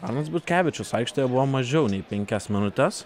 arnas butkevičius aikštėje buvo mažiau nei penkias minutes